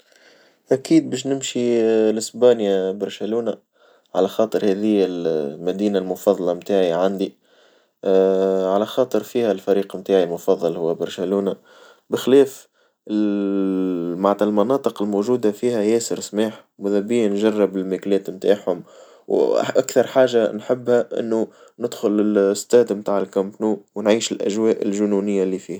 أكيد باش نمشي لأسبانيا برشلونة، على خاطر هاديا المدينة المفظلة متاعي عندي، على خاطر فيها الفريق نتاعي المفضل هو برشلونة، بخلاف ال معنتها المناطق الموجودة فيها ياسر سماح ولا بيا نجرب الماكلات نتاعهم أكثر حاجة نحبها إنو ندخل الستاد متاع الكومبينو ونعيش الأجواء الجنونية اللي فيه.